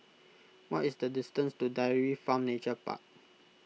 what is the distance to Dairy Farm Nature Park